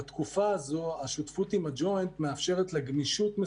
בבקשה "121", כבר אמרתי, זה הגוף שלנו.